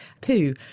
poo